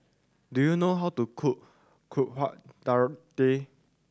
do you know how to cook Kuih Dadar